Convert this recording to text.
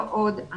לא עוד.